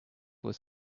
was